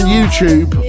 YouTube